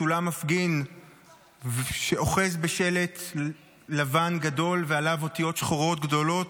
צולם מפגין שאוחז בשלט לבן גדול ועליו אותיות שחורות גדולות.